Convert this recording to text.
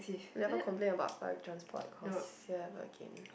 will never complain about public transport cost here again